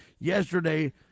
yesterday